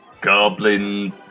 Goblin